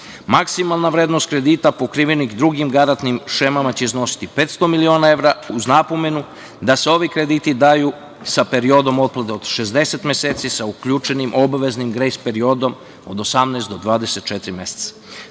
Maksimalna vrednost kredita pokrivenih drugim garantnim šemama će iznositi 500 miliona evra uz napomenu da se ovi krediti daju sa periodom otplate od 60 meseci sa uključenim obaveznim grejs periodom od 18 do 24 meseca.